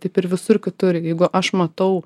taip ir visur kitur jeigu aš matau